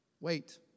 Wait